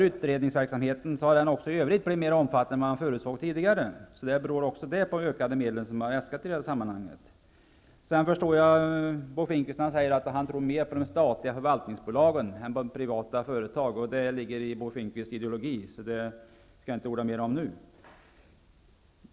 Utredningsverksamheten har också i övrigt blivit mer omfattande än vad man tidigare förutsåg, så där behövs också de ökade medel som har äskats. Jag förstår Bo Finnkvist när han säger att han tror mer på de statliga förvaltningsbolagen än på de privata företagen -- det ligger i Bo Finnkvists ideologi. Jag skall inte orda mer om det nu.